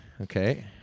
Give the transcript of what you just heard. Okay